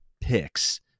picks